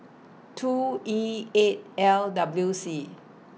two E eight L W C